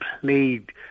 played